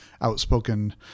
outspoken